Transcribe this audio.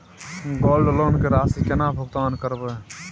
Gold loan के राशि केना भुगतान करबै?